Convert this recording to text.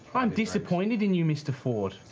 i'm disappointed in you, mr. fjord!